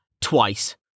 twice